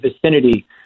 vicinity